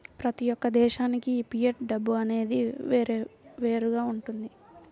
ప్రతి యొక్క దేశానికి ఫియట్ డబ్బు అనేది వేరువేరుగా వుంటది